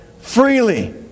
freely